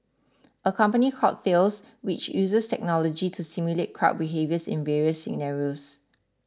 a company called Thales which uses technology to simulate crowd behaviours in various scenarios